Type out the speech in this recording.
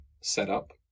setup